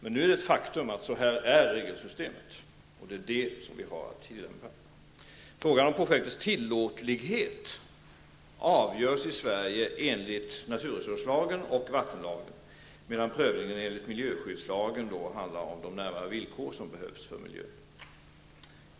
Men nu är det ett faktum att regelsystemet är så här och att vi har tillämpat det. Frågan om projektets tillåtlighet avgörs i Sverige i enlighet med naturresurslagen och vattenlagen, medan prövningen enligt miljöskyddslagen handlar om de närmare villkor som behövs för miljön.